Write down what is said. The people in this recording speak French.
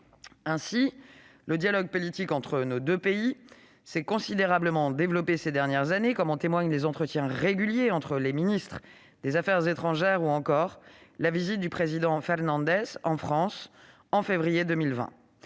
Ainsi, le dialogue politique entre nos deux pays s'est considérablement développé ces dernières années, comme en témoignent les entretiens réguliers entre les ministres des affaires étrangères et la visite du président Fernandez en France, au mois de février 2020.